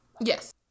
Yes